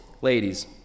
ladies